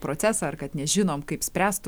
procesą ar kad nežinom kaip spręst tų